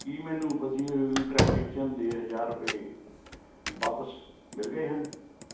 ਕੀ ਮੈਨੂੰ ਫਸੀ ਹੋਈ ਟ੍ਰਾਂਜੈਕਸ਼ਨ ਦੇ ਹਜ਼ਾਰ ਰੁਪਏ ਵਾਪਸ ਮਿਲ ਗਏ ਹਨ